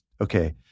okay